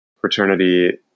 Fraternity